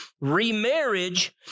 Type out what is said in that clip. Remarriage